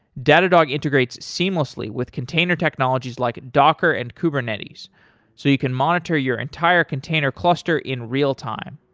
datadog integrates seamlessly with container technologies like docker and kubernetes so you can monitor your entire container cluster in real-time.